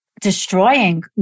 destroying